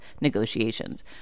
negotiations